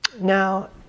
Now